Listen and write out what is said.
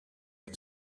que